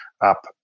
up